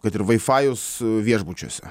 kad ir vaifajus viešbučiuose